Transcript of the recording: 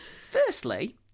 Firstly